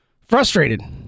frustrated